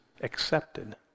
accepted